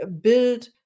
build